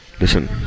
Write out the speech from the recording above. listen